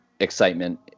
excitement